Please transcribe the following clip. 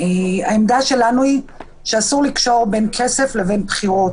העמדה שלנו היא שאסור לקשור בין כסף לבין בחירות.